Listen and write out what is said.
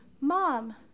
Mom